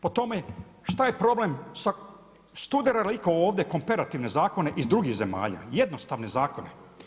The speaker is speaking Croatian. Po tome šta je problem, studira li iko ovdje komparativne zakone iz drugih zemalja, jednostavne zakone.